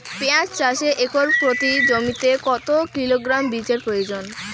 পেঁয়াজ চাষে একর প্রতি জমিতে কত কিলোগ্রাম বীজের প্রয়োজন?